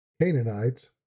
Canaanites